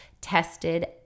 tested